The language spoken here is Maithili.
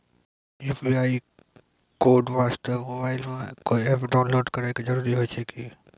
यु.पी.आई कोड वास्ते मोबाइल मे कोय एप्प डाउनलोड करे के जरूरी होय छै की?